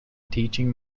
teaching